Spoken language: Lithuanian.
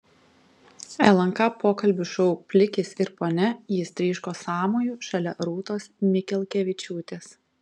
lnk pokalbių šou plikis ir ponia jis tryško sąmoju šalia rūtos mikelkevičiūtės